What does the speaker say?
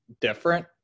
different